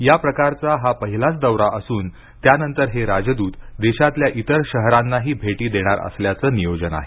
या प्रकारचा हा पहिलाच दौरा असून त्यानंतर हे राजदूत देशातल्या इतर शहरांनाही भेटी देणार असल्याचं नियोजन आहे